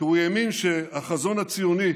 כי הוא האמין שהחזון הציוני